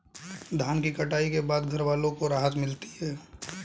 धान की कटाई के बाद घरवालों को राहत मिलती है